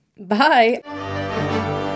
Bye